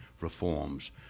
reforms